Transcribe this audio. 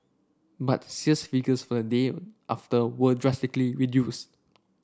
but sales figures for the day after were drastically reduced